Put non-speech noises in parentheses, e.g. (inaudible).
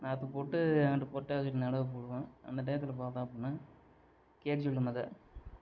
map போட்டு (unintelligible) போட்டு அதுக்கு நடவு போடுவோம் அந்த டயத்தில் பார்த்தோம் அப்டின்னா கேஜ்வீல் உழவு அது